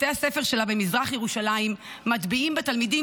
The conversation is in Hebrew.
בתי הספר שלה במזרח ירושלים מטביעים בתלמידים